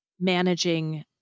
managing